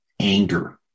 anger